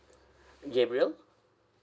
gabriel